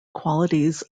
qualities